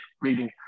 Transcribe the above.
reading